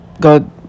God